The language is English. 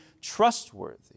trustworthy